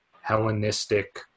Hellenistic